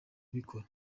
ubikora